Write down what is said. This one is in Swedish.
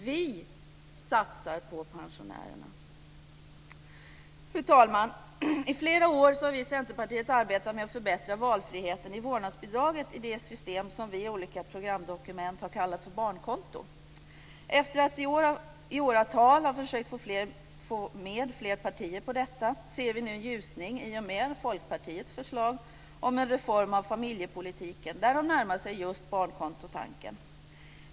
Vi satsar på pensionärerna. Fru talman! I flera år har vi i Centerpartiet arbetat med att förbättra valfriheten i vårdnadsbidraget i det system som vi i olika programdokument har kallat för barnkonto. Efter att i åratal ha försökt få med fler partier på detta ser vi nu en ljusning i och med Folkpartiets förslag om en reform av familjepolitiken där man närmar sig just tanken på ett barnkonto.